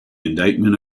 indictment